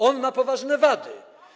On ma poważne wady.